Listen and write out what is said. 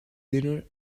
dinner